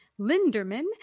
Linderman